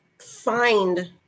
find